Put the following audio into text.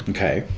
Okay